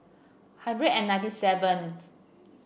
hundred and ninety seven